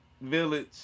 village